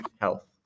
health